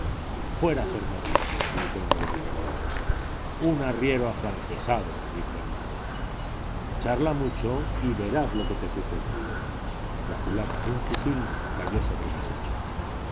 fuera sermones gritó uno de los verdugos un arriero afrancesado dijo el otro charla mucho y verás lo que te sucede la culata de un fusil cayó sobre mi pecho